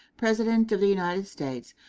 president of the united states,